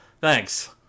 thanks